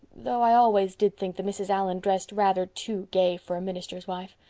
though i always did think that mrs. allan dressed rather too gay for a minister's wife.